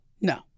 No